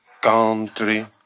country